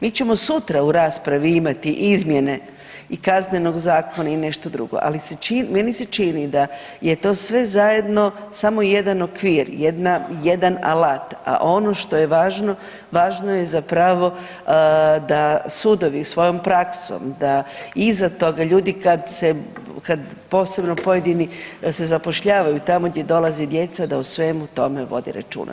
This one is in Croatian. Mi ćemo sutra u raspravi imati izmjene i Kaznenog zakona i nešto drugo, ali meni se čini da je to sve zajedno samo jedan okvir, jedan alat, a ono što je važno, važno je zapravo da sudovi svojom praksom, da iza toga ljudi kad se posebno pojedini kad se zapošljavaju tamo gdje dolaze djeca da o svemu tome vode računa.